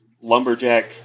lumberjack